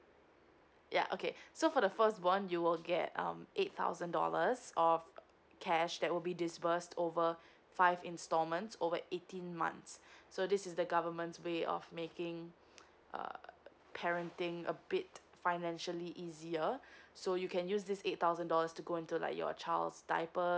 ya okay so for the first born you will get um eight thousand dollars of cash that will be this burst over five installments over eighteen months so this is the government's way of making uh parenting a bit financially easier so you can use this eight thousand dollars to go into like your child's diapers